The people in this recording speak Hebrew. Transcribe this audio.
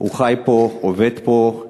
הוא חי פה, עובד פה,